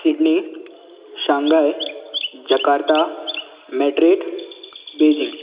Sydney Shanghai Jakarta Madrid Beijing